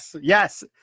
Yes